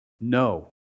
no